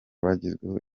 bagezweho